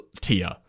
tier